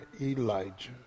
Elijah